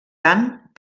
tant